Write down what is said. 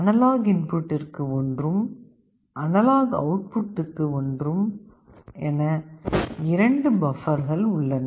analogue இன்புட்டிற்கு ஒன்றும் analogue அவுட்புட்டுக்கு ஒன்றும் என இரண்டு பப்பர்கள் உள்ளன